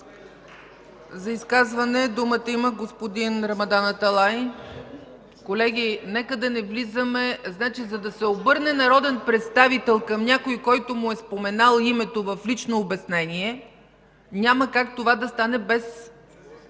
За изказване думата има господин Рамадан Аталай. (Шум и реплики.) Колеги, нека да не влизаме... За да се обърне народен представител към някой, който му е споменал името в лично обяснение, няма как това да стане без